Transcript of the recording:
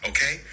Okay